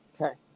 Okay